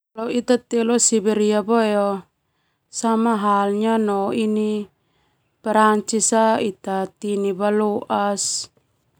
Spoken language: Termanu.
Seberia boe sama halnya no Perancis ita teni baloas.